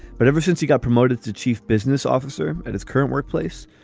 but ever since he got promoted to chief business officer at his current workplace,